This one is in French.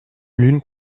l’une